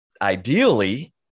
ideally